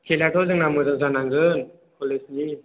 खेलायाथ' जोंना मोजां जानांगोन कलेजनि